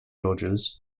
dodgers